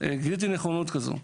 וגיליתי נכונות כזו.